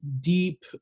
deep